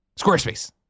Squarespace